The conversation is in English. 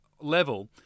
level